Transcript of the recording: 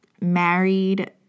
married